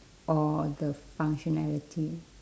or the functionality